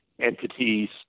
entities